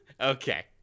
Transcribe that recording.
Okay